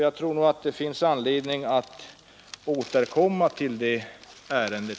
Jag tror att det finns anledning att senare återkomma till det ärendet.